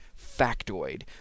factoid